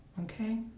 okay